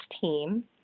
team